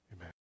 Amen